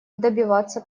добиваться